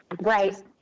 right